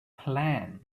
plan